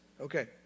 Okay